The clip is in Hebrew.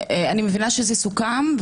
מבינה שזה סוכם,